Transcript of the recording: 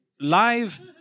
live